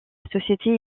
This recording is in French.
société